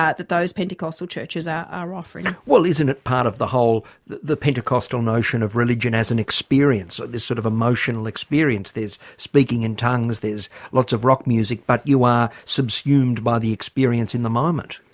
ah that those pentecostal churches are offering. well isn't it part of the whole, the the pentecostal notion of religion as an experience, so this sort of emotional experience there's speaking in tongues, there's lots of rock music, but you are subsumed by the experience in the moment.